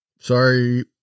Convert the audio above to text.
Sorry